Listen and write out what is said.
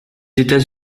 états